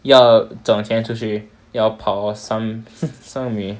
要整天出去要跑三三米